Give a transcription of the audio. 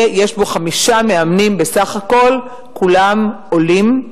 ויש בו חמישה מאמנים בסך הכול, כולם עולים.